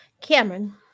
Cameron